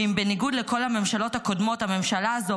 ואם בניגוד לכל הממשלות הקודמות הממשלה הזאת,